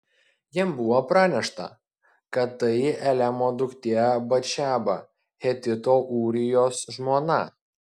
jam buvo pranešta kad tai eliamo duktė batšeba hetito ūrijos žmona